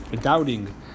doubting